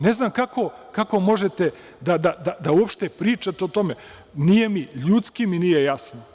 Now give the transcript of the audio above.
Ne znam kako možete da uopšte pričate o tome, ljudski mi nije jasno.